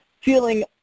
feeling